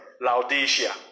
Laodicea